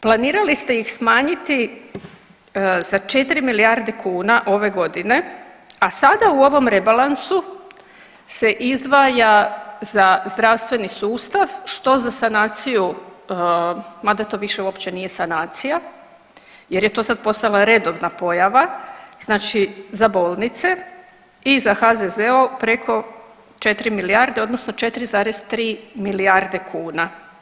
Planirali ste ih smanjiti za 4 milijarde kuna ove godine, a sada u ovom rebalansu se izdvaja za zdravstveni sustav što za sanaciju, mada to više uopće nije sanacija jer je to sad postala redovna pojava, znači za bolnice i za HZZO preko 4 milijarde odnosno 4,3 milijarde kuna.